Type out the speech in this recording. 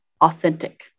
authentic